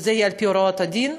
שזה יהיה על-פי הוראות הדין.